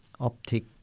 optic